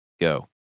Go